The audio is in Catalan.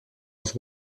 als